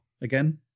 again